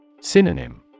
Synonym